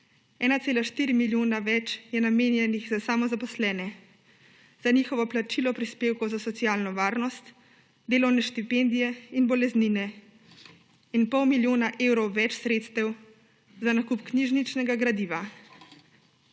1,4 milijona več je namenjenih za samozaposlene, za njihovo plačilo prispevkov za socialno varnost, delovne štipendije in boleznine, in pol milijona evrov več sredstev za nakup knjižničnega gradiva.